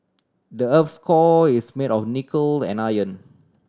the earth's core is made of nickel and iron